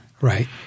Right